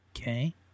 Okay